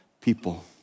people